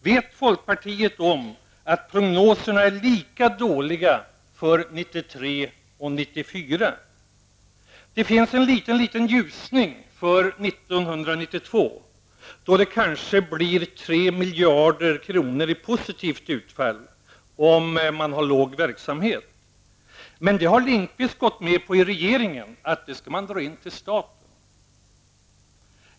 Vet folkpartiet om att prognoserna är lika dåliga för åren 1993 och Det finns en liten, liten ljusning för 1992, då det kanske blir 3 miljarder kronor i positivt utfall med en mindre verksamhet, men Bengt Lindqvist har i regeringen gått med på att det skall dras in till staten.